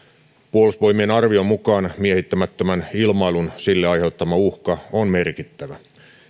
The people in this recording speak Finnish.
puolustusvoimien arvion mukaan miehittämättömän ilmailun sille aiheuttama uhka on merkittävä